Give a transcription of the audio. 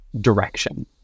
direction